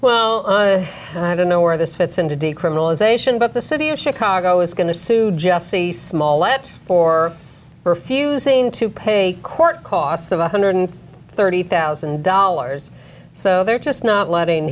well i don't know where this fits into decriminalization but the city of chicago is going to sue jesse small lead for refusing to pay court costs of one hundred thirty thousand dollars so they're just not letting